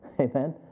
Amen